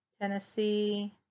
Tennessee